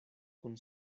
kun